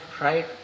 right